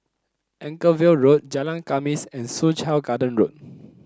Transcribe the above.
Anchorvale Road Jalan Khamis and Soo Chow Garden Road